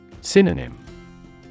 Synonym